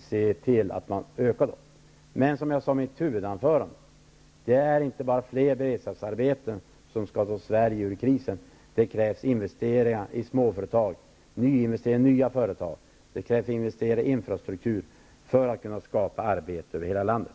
se till att man ökar antalet. Men -- som jag sade i mitt huvudanförande -- det är inte bara fler beredskapsarbeten som skall ta Sverige ur krisen; det krävs investeringar i småföretag, i nya företag, och i infrastruktur för att kunna skapa arbete över hela landet.